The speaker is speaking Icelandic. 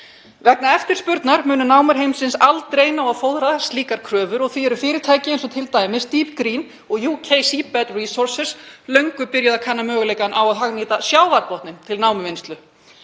Vegna eftirspurnar munu námur heimsins aldrei ná að fóðra slíkar kröfur og því eru fyrirtæki eins og t.d. Deep Green og UK Seabed Resources löngu byrjuð að kanna möguleikann á að hagnýta sjávarbotninn til námuvinnslu.